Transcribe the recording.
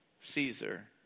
Caesar